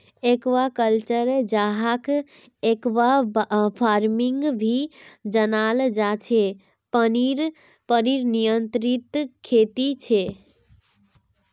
aquaculture, जहाक aquafarming भी जनाल जा छे पनीर नियंत्रित खेती छे